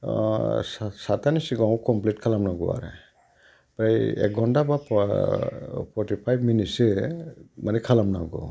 सातथानि सिगाङाव कमप्लिट खालामनांगौ आरो ओमफ्राय एक घन्टा बा फरटिफाइभ मिनिटसो माने खालामनांगौ